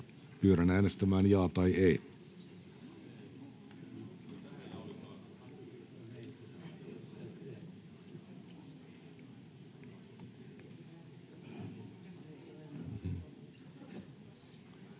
Pyydän äänestämään ”jaa” tai ”ei”.